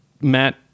Matt